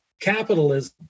capitalism